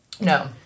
No